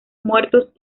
muertos